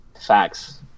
Facts